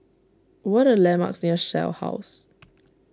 what are the landmarks near Shell House